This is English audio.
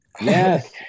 Yes